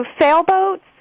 sailboats